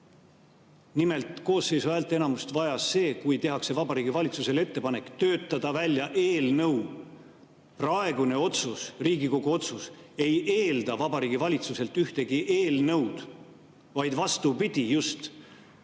Nimelt, koosseisu häälteenamust vajab see, kui tehakse Vabariigi Valitsusele ettepanek töötada välja eelnõu. Praegune otsus, Riigikogu otsus ei eelda Vabariigi Valitsuselt ühegi eelnõu [väljatöötamist].